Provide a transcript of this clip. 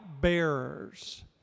bearers